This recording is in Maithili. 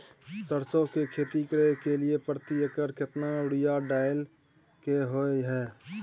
सरसो की खेती करे के लिये प्रति एकर केतना यूरिया डालय के होय हय?